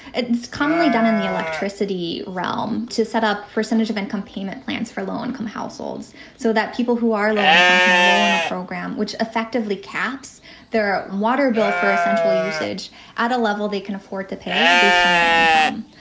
it's commonly done in the electricity realm to set up percentage of and component plants for low income households so that people who are low income can enroll in a program which effectively caps their water bill for essentially usage at a level they can afford to pay based on their income.